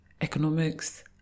Economics